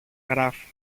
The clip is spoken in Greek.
γράφει